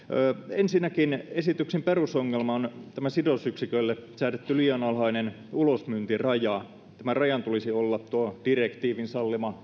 ensinnäkin esityksen perusongelma on tämä sidosyksikölle säädetty liian alhainen ulosmyyntiraja tämän rajan tulisi olla direktiivin sallima